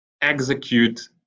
execute